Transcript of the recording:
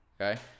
okay